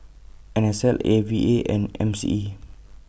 N S L A V A and M C E